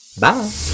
Bye